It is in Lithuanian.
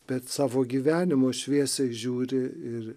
bet savo gyvenimo šviesiai žiūri ir